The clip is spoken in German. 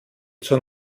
zur